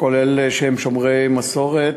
כולל שומרי מסורת.